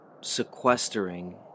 sequestering